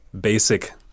basic